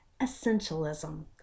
Essentialism